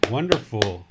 Wonderful